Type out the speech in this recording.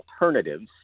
alternatives